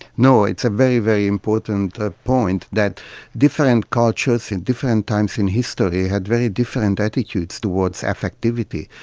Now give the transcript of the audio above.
no, it's a very, very important ah point, that different cultures in different times in history had very different attitudes towards affectivity.